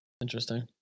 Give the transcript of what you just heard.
Interesting